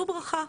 שאו ברכה,